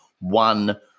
one